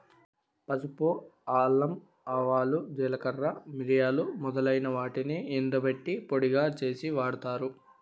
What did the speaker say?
పసుపు, అల్లం, ఆవాలు, జీలకర్ర, మిరియాలు మొదలైన వాటిని ఎండబెట్టి పొడిగా చేసి వాడతారు